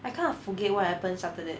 I kind of forget what happens after that